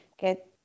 get